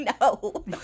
No